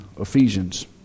Ephesians